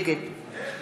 נגד איך נגד?